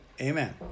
Amen